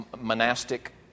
monastic